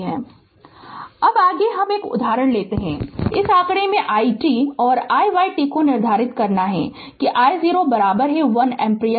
Refer Slide Time 1311 अब आगे हम 1 उदाहरण लेते हैं इस आंकड़े में i t और i y t को निर्धारित करना है कि I0 1 एम्पीयर